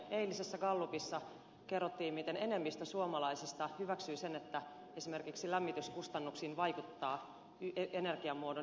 eilisessä gallupissa kerrottiin miten enemmistö suomalaisista hyväksyi sen että esimerkiksi lämmityskustannuksiin vaikuttaa energiamuodon ympäristöystävällisyys